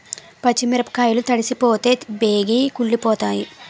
పచ్చి మిరపకాయలు తడిసిపోతే బేగి కుళ్ళిపోతాయి